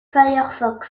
firefox